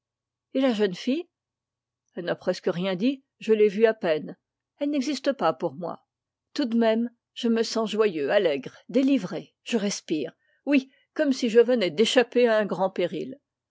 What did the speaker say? et la jeune fille elle n'a presque rien dit je l'ai vue à peine ah je me sens joyeux délivré je respire oui comme si je venais d'échapper à un grand péril